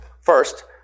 First